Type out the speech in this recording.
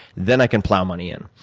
then i can plow money in.